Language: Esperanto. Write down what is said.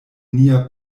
nia